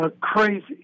crazy